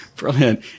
Brilliant